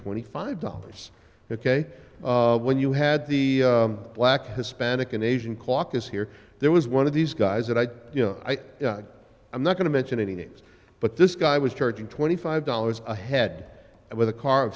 twenty five dollars ok when you had the black hispanic and asian caucus here there was one of these guys that i you know i i'm not going to mention any names but this guy was charging twenty five dollars a head and with a car